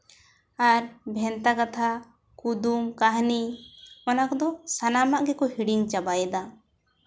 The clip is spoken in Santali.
ᱟᱨ ᱵᱷᱮᱱᱛᱟ ᱠᱟᱛᱷᱟ ᱠᱩᱫᱩᱢ ᱠᱟᱹᱦᱱᱤ ᱚᱱᱟ ᱠᱚᱫᱚ ᱥᱟᱱᱟᱢᱟᱜ ᱜᱮᱠᱚ ᱦᱤᱲᱤᱧ ᱪᱟᱵᱟᱭᱮᱫᱟ